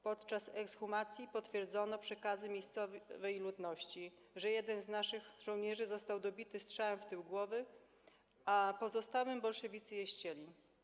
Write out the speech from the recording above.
Podczas ekshumacji potwierdzono przekazy miejscowej ludności, że jeden z naszych żołnierzy został dobity strzałem w tył głowy, a pozostałym bolszewicy je ścieli.